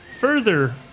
further